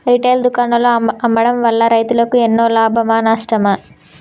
Retail దుకాణాల్లో అమ్మడం వల్ల రైతులకు ఎన్నో లాభమా నష్టమా?